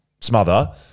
smother